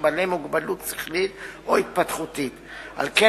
בעלי מוגבלות שכלית או התפתחותית או מטפלים בהם.